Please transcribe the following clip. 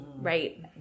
Right